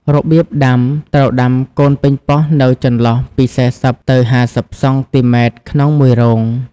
របៀបដាំ ត្រូវដាំកូនប៉េងប៉ោះនៅចន្លោះពី ៤០ ទៅ ៥០ សង់ទីម៉ែត្រក្នុងមួយរង។